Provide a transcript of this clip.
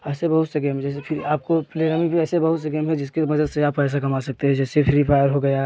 ऐसे बहुत से गेम है जैसे फिर आपको प्ले रमी पर ऐसे बहुत से गेम हैं जिसकी वजह से आप पैसे कमा सकते हैं जैसे फ्री फायर हो गया